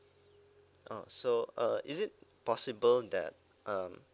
oh so uh is it possible that um